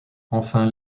enfin